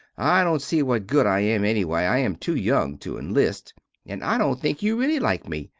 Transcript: i dont see what good i am ennyway. i am two young to inlist and i dont think you relly like me.